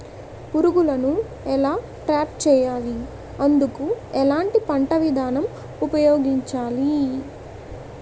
పురుగులను ఎలా ట్రాప్ చేయాలి? అందుకు ఎలాంటి పంట విధానం ఉపయోగించాలీ?